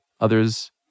Others